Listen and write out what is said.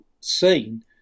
seen